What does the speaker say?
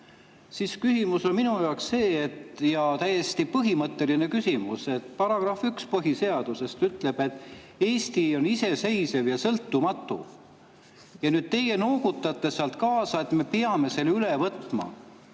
Küsimus on minu jaoks see, ja täiesti põhimõtteline küsimus. Paragrahv 1 põhiseaduses ütleb, et Eesti on iseseisev ja sõltumatu. Ja nüüd te noogutate kaasa, et me peame selle direktiivi